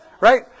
right